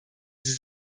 sie